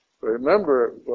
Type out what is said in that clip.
Remember